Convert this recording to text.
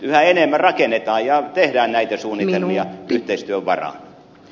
yhä enemmän rakennetaan ja tehdään näitä suunnitelmia yhteistyön varaan